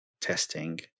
testing